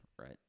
right